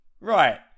Right